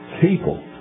people